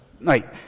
Right